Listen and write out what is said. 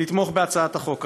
לתמוך בהצעת החוק הזו.